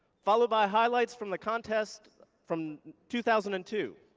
followed by highlights from the contest from two thousand and two,